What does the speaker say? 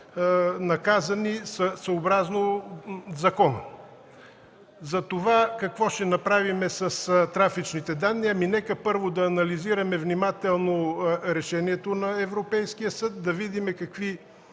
наказани съобразно закона. Какво ще направим с трафичните данни? Нека първо да анализираме внимателно решението на Европейския съд, да видим какви